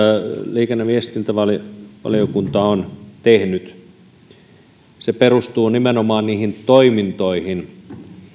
liikenne ja viestintävaliokunta on tehnyt perustuu nimenomaan niihin toimintoihin